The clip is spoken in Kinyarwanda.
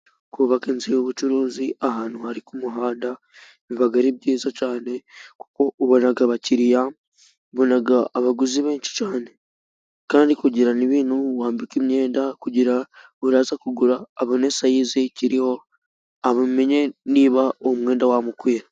Kubaka inzu y'ubucuruzi ahantu hari umuhanda, biba ari byiza cyane kuko ubona abakiriya ubona abaguzi benshi cyane, kandi ukagira n'ibintu wambika imyenda kugira ngo uza kugura abone sayizi y'ikiriho amenye niba uwo mwenda wamukwira.